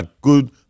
good